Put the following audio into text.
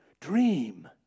dream